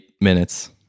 minutes